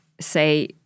say